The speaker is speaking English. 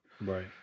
Right